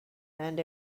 and